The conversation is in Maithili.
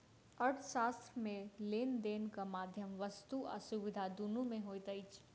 अर्थशास्त्र मे लेन देनक माध्यम वस्तु आ सुविधा दुनू मे होइत अछि